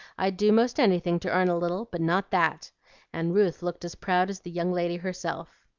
i'd do most anything to earn a little, but not that and ruth looked as proud as the young lady herself.